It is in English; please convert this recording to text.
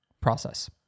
process